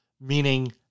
meaning